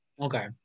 Okay